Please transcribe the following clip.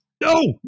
No